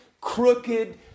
crooked